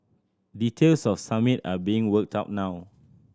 details of Summit are being worked out now